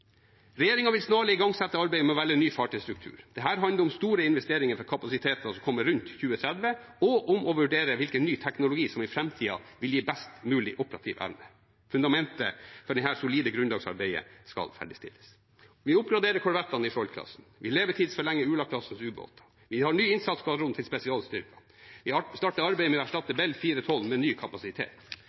vil snarlig igangsette arbeidet med å velge ny fartøystruktur. Det handler om store investeringer for kapasiteter som kommer rundt 2030, og om å vurdere hvilken ny teknologi som i framtida vil gi best mulig operativ evne. Fundamentet for dette solide grunnlagsarbeidet skal ferdigstilles. Vi oppgraderer korvettene i Skjold-klassen. Vi levetidsforlenger Ula-klassens ubåter. Vi har en ny innsatsskvadron til spesialstyrkene. Vi starter arbeidet med å erstatte Bell 412 med ny kapasitet.